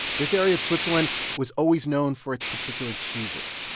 this area of switzerland was always known for its particular cheeses.